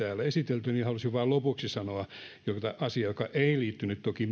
täällä esitelty niin haluaisin vain lopuksi sanoa asian joka ei nyt toki